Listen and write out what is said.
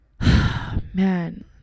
Man